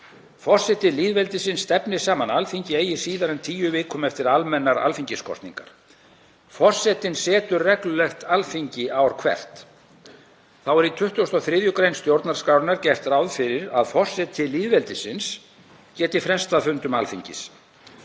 „Forseti lýðveldisins stefnir saman Alþingi eigi síðar en tíu vikum eftir almennar alþingiskosningar. Forsetinn setur reglulegt Alþingi ár hvert.“ Þá er í 23. gr. stjórnarskrárinnar gert ráð fyrir að forseti lýðveldisins geti frestað fundum Alþingis.